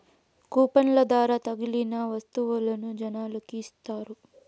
కూపన్ల ద్వారా తగిలిన వత్తువులను జనాలకి ఇత్తారు